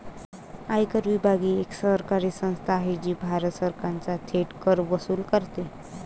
आयकर विभाग ही एक सरकारी संस्था आहे जी भारत सरकारचा थेट कर वसूल करते